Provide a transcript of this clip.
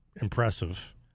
impressive